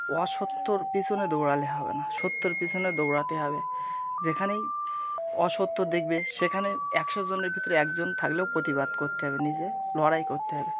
অসত্যর পেছনে দৌড়ালে হবে না সত্যর পিছনে দৌড়াতে হবে যেখানেই অসত্য দেখবে সেখানে একশোজনের ভিতরে একজন থাকলেও প্রতিবাদ করতে হবে নিজে লড়াই করতে হবে